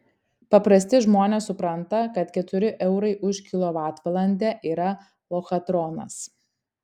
paprasti žmonės supranta kad keturi eurai už kilovatvalandę yra lochatronas